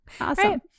Awesome